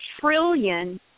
trillion